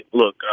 look